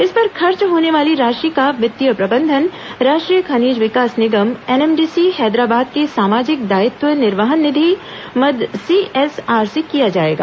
इस पर खर्च होने वाली राशि का वित्तीय प्रबंधन राष्ट्रीय खनिज विकास निगम एनएमडीसी हैदराबाद के सामाजिक दायित्व निर्वहन निधि मद सीएसआर से किया जाएगा